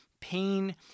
pain